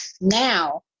now